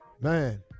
Man